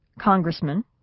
congressman